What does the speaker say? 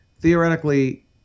theoretically